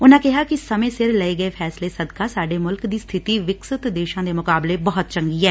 ਉਨ੍ਹਾ ਕਿਹਾ ਕਿ ਸਮੇਂ ਸਿਰ ਲਏ ਗਏ ਫੈਸਲੇ ਸਦਕਾ ਸਾਡੇ ਮੁਲਕ ਦੀ ਸਬਿਤੀ ਵਿਕਸਤ ਦੇਸਾ ਦੇ ਮੁਕਾਬਲੇ ਬਹੁਤ ਚੰਗੀ ਐ